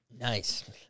Nice